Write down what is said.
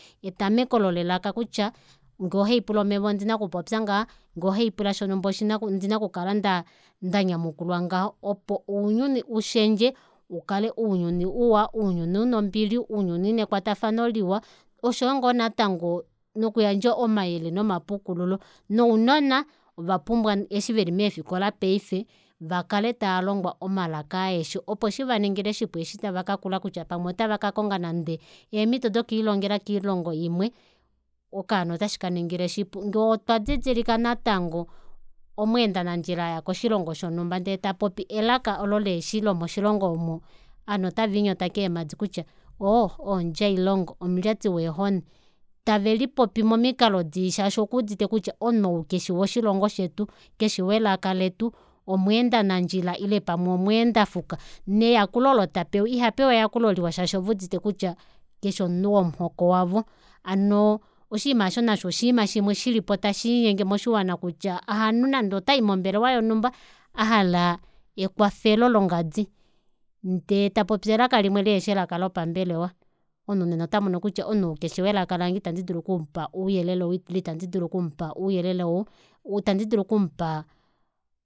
Etamekelo lelaka kutya ngee ohaipula omeva ondina okupopya ngaha ngee ohaipula shonumba ondina okukala nda ndanyamukulwa ngaha opo ouyuni ushendje ukale ounyuni uwa ounyuni una ombili ounyuni una ekwatafano liwa oshoyo ngoo natango nokuyandja omayele nomapukululo nounona ovapumbwa eshi veli meefikola paife vakale taalongwa omalaka aeshe opo shivaningile shipu eshi tavaka kula kutya pamwe otava kakonga nande eemito doikwiilonga koilonga imwe okaana otashikaningile shipu ndee otwa didilika natango omweenda nandjila aya koshilongo shonumba ndee tapopi elaka alolihefi lomoshilongo omo ovanhu otavelinyota keemadi kutya oo omudjailongo omulyati weehoni taveli popi momikalo dii shashi okuudite kutya omunhu ou keshi woshilongo shetu keshi welaka letu omweenda nandjila ile pamwe omweendafuka neyakulo olo tapewa ihapewa eyakulo liwa shaashi oveudite kutya kefi omunhu womuhoko wavo hano oshinima aasho nasho oshinima shimwe shilipo nasho tashiinyenge moshiwana aaanhu nande otai mombelewa yonhumba ahala ekwafelo longadi ndee tapopi elaka limwe lihefi elaka lopambelewa omunhu nena otamono kutya omunhu keshi welaka lange ita ndidulu okumupa ouyelele ile itandidiulu okumupa ouyelele ou itadindulu kumupaa